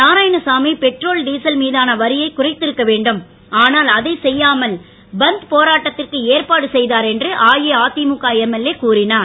Narayanasamy petrol diesel மீதான வரியை குறைத்திருக்க வேண்டும் ஆனால் அதை செய்யாமல் பந்த் போராட்டத்திற்கு ஏற்பாடு செய்தார் என்று அஇஅதிமுக எம்எல்ஏ கூறினார்